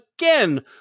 again